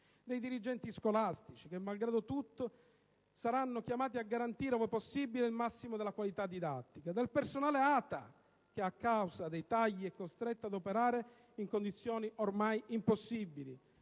dei dirigenti scolastici (che malgrado tutto saranno chiamati a garantire ove possibile il massimo della qualità didattica), del personale ATA (che a causa dei tagli è costretto ad operare in condizioni ormai impossibili),